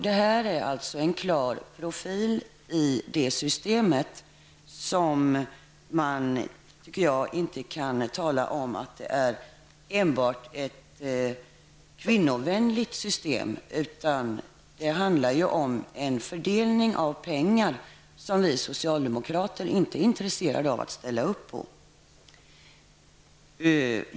Det är en klar profil i det förslaget som gör, tycker jag, att man inte enbart kan tala om att det är ett kvinnovänligt system. Det handlar om en fördelning av pengar som vi socialdemokrater inte är intresserade av att ställa upp på.